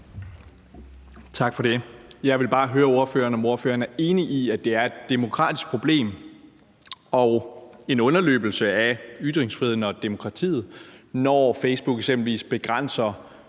Tak for det. Jeg vil bare høre, om ordføreren er enig i, at det er et demokratisk problem og at underløbe ytringsfriheden og demokratiet, når Facebook begrænser